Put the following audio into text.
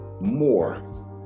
more